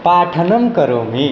पाठनं करोमि